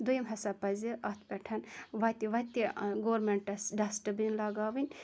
دٔیِم ہَسا پَزِ اَتھ پیٚٹھ وَتہِ وَتہِ گورمینٹَس ڈَستہٕ بِن لَگاوٕنۍ